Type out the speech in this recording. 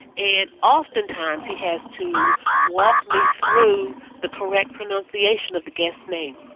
and oftentimes, he has to walk me through the correct pronunciation of the guests' names.